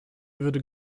würde